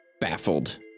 baffled